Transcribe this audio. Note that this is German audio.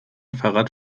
fahrrad